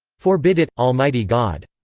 forbid it, almighty god!